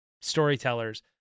storytellers